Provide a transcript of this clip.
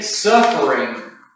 suffering